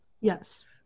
Yes